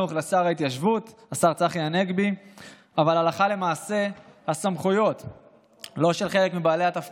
2). למעשה, בלי כל ההסברים